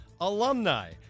alumni